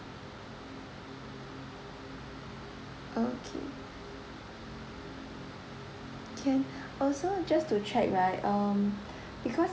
okay can also just to check right um because